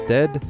Dead